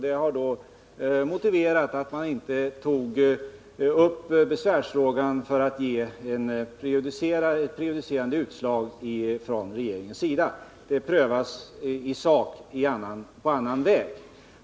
Detta har motiverat att besvärsfrågan inte togs upp för att man skulle få ett prejudicerande utslag från regeringen; den prövas i sak på annan väg.